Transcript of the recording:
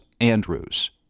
Andrews